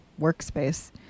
workspace